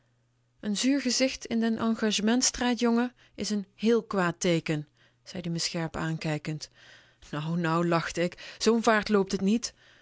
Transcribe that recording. n zuur gezicht in den engagementstijd jongen is n héél kwaad teeken zei ie me scherp aankijkend nou nou lachte ik zoo'n vaart loopt t niet